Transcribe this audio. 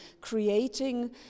creating